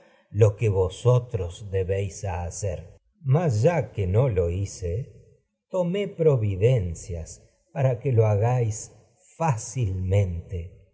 lo que vosotros debéis hacer mas ya que no lo hice tomé providencias para que lo hagáis